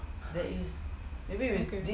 !huh! okay